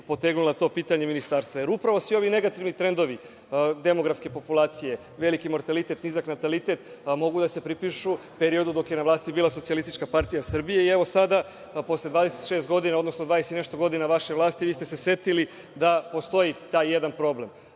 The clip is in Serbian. potegnula to pitanje ministarstva, jer upravo svi ovi negativni trendovi demografske populacije, veliki mortalitet, nizak natalitet mogu da se pripišu periodu dok je na vlasti bila SPS. I evo sada, posle 26 godina, odnosno 20 i nešto godina vaše vlasti, vi ste se setili da postoji taj jedan problem. Podsetio